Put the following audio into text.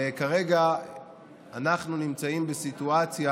כרגע אנחנו נמצאים בסיטואציה